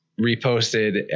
reposted